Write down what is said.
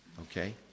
Okay